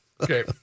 Okay